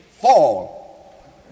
fall